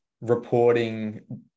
reporting